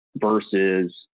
Versus